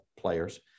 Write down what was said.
players